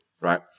right